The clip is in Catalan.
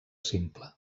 simple